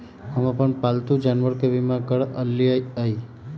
हम अप्पन पालतु जानवर के बीमा करअलिअई